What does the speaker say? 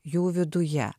jų viduje